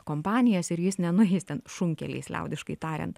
kompanijas ir jis nenueis ten šunkeliais liaudiškai tariant